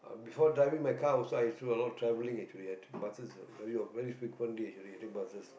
before driving my car also i do a lot of traveling actually I take buses very of~ very frequently actually I take buses